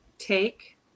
take